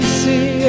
see